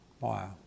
Wow